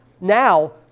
Now